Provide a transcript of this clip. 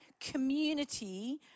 community